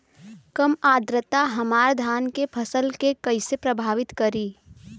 कम आद्रता हमार धान के फसल के कइसे प्रभावित करी?